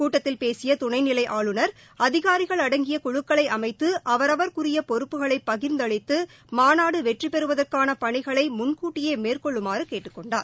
கூட்டத்தில் பேசிய துணைநிலை ஆளுநர் அதிகாரிகள் அடங்கிய குழுக்களை அமைத்து அவரவா்குரிய பொறுப்புகளை பகிா்ந்தளித்து மாநாடு வெற்றிபெறுவதற்கான பணிகளை முன்கூட்டியே மேற்கொள்ளுமாறு கேட்டுக் கொண்டார்